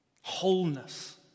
wholeness